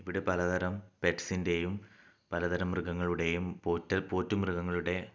ഇവിടെ പലതരം പെറ്റ്സിൻ്റെയും പലതരം മൃഗങ്ങളുടെയും പോറ്റൽ പോറ്റു മൃഗങ്ങളുടെ